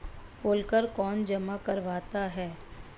पोल कर कौन जमा करवाता है?